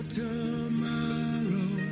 tomorrow